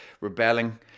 rebelling